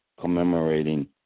commemorating